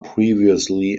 previously